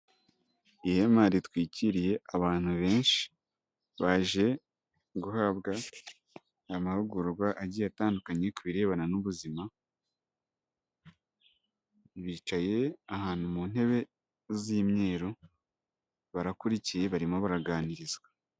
Ihema ritwikiriye abantu benshi baje guhabwa amahugurwa agiye atandukanye ku birebana n'ubuzima, bicaye ahantu z'imyeru barakurikiye barimo baraganirizwa.